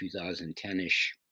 2010-ish